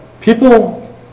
people